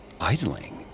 idling